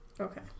okay